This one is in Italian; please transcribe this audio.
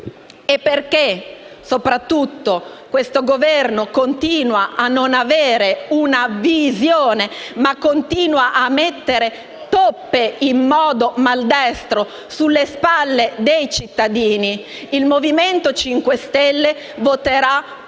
e perché, soprattutto, questo Governo continua a non avere una visione ma continua a mettere toppe in modo maldestro sulle spalle dei cittadini, il Movimento 5 Stelle voterà